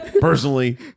Personally